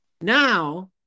Now